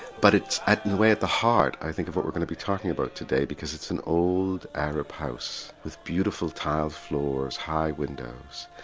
but it's at, in a way, at the heart i think of what we're going to be talking about today because it's an old arab house with beautiful tiled floors, high windows.